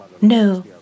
no